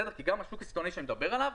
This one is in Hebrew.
כי גם השוק הסיטונאי שאני מדבר עליו,